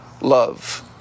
love